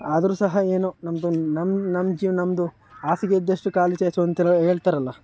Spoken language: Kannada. ಆದರೂ ಸಹ ಏನೊ ನಮ್ದೊಂದು ನಮ್ಮ ನಮ್ಮ ಜೀವ ನಮ್ಮದು ಹಾಸಿಗೆ ಇದ್ದಷ್ಟು ಕಾಲು ಚಾಚು ಅಂತಾರ ಹೇಳ್ತಾರಲ್ಲ